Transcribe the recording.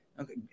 okay